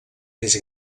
més